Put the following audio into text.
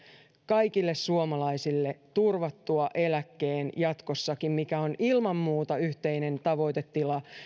kaikille suomalaisille turvattua eläkkeen jatkossakin mikä on ilman muuta yhteinen tavoitetila